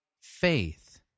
faith